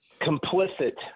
complicit